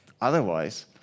Otherwise